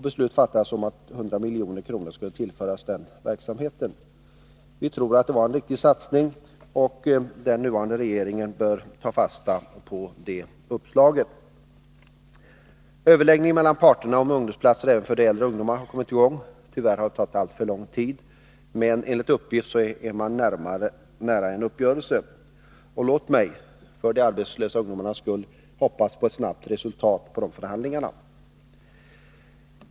Beslut fattades om att 100 milj.kr. skulle tillföras den verksamheten. Vi tror fortfarande att detta var en riktig satsning. Regeringen bör ta fasta på detta uppslag. ungdomarna har kommit i gång. Tyvärr har det tagit alltför lång tid, men enligt uppgift har man närmat sig en uppgörelse. Låt oss — för de arbetslösa ungdomarnas skull — hoppas på ett snabbt resultat av de förhandlingarna.